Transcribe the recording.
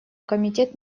комитет